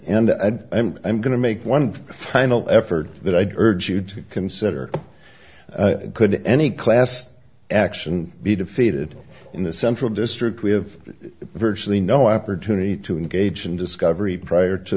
end i'm going to make one final effort that i'd urge you to consider could any class action be defeated in the central district we have virtually no opportunity to engage in discovery prior to